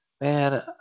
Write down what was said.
Man